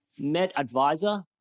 MedAdvisor